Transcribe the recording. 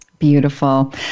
Beautiful